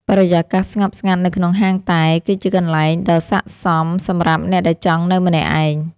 បរិយាកាសស្ងប់ស្ងាត់នៅក្នុងហាងតែ គឺជាកន្លែងដ៏ស័ក្តិសមសម្រាប់អ្នកដែលចង់នៅម្នាក់ឯង។